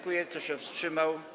Kto się wstrzymał?